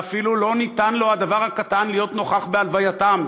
ואפילו לא ניתן לו הדבר הקטן להיות נוכח בהלווייתם,